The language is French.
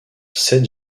sept